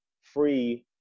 free